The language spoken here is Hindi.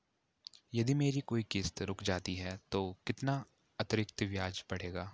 यदि मेरी कोई किश्त रुक जाती है तो कितना अतरिक्त ब्याज पड़ेगा?